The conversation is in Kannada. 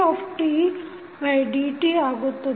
ಆಗುತ್ತದೆ